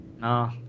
No